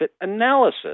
analysis